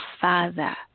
Father